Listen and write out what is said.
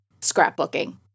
scrapbooking